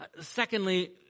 Secondly